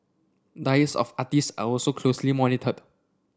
diets of artistes are also closely monitored